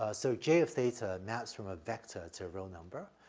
ah so j of theta maps from a vector to a real number.